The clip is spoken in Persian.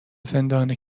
زندانی